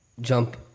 jump